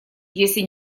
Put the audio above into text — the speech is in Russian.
если